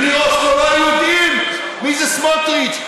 בלי אוסלו לא היו יודעים מי זה סמוטריץ,